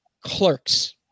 Clerks